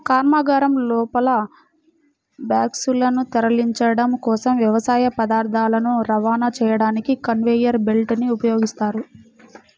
కర్మాగారం లోపల బాక్సులను తరలించడం కోసం, వ్యవసాయ పదార్థాలను రవాణా చేయడానికి కన్వేయర్ బెల్ట్ ని ఉపయోగిస్తారు